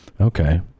okay